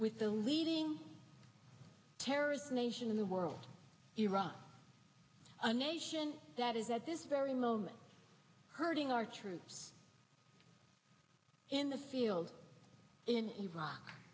with the leading terrorist nation in the world iran a nation that is at this very moment hurting our troops in the field in iraq